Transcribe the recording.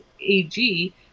AG